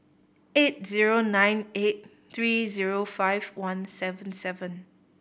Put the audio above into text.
eight zero nine eight three zero five one seven seven